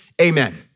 amen